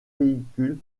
véhicule